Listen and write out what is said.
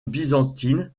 byzantine